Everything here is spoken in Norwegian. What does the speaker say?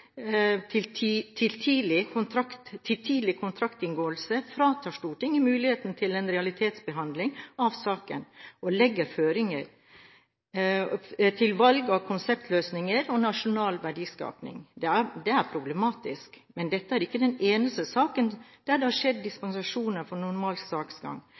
til tidlig kontraktsinngåelse fratar Stortinget muligheten til en realitetsbehandling av saken, og legger føringer for valg av konseptløsninger og nasjonal verdiskaping. Det er problematisk, men dette er ikke den eneste saken der det har skjedd dispensasjoner fra normal saksgang.